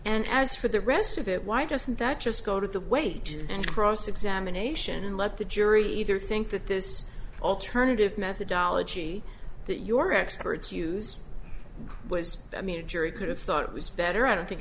and as for the rest of it why doesn't that just go to the wages and cross examination and let the jury either think that this alternative methodology that your experts used was i mean a jury could have thought it was better i don't think